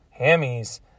hammies